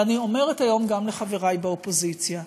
ואני אומרת היום גם לחברי באופוזיציה,